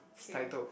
it's titled